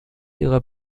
ihrer